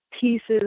pieces